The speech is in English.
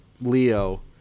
Leo